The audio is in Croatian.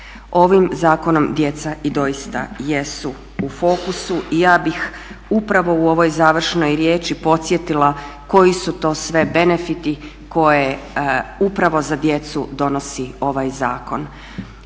Ovim zakonom djeca i doista jesu u fokusu i ja bih upravo u ovoj završnoj riječi podsjetila koji su to sve benefiti koje upravo za djecu donosi ovaj zakon.